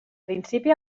principi